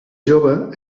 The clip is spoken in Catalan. jove